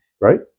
right